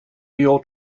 your